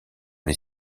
les